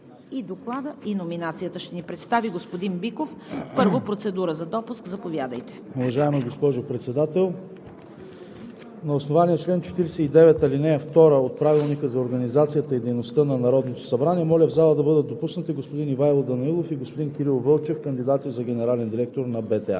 и Доклада ще ни представи господин Биков. Първо процедура за допуск – заповядайте. ДОКЛАДЧИК ТОМА БИКОВ: Уважаема госпожо Председател, на основание чл. 49, ал. 2 от Правилника за организацията и дейността на Народното събрание моля в залата да бъдат допуснати господин Ивайло Данаилов и господин Кирил Вълчев – кандидати за генерален директор на БТА.